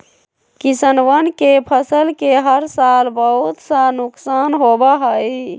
किसनवन के फसल के हर साल बहुत सा नुकसान होबा हई